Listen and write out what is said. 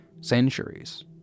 centuries